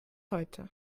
heute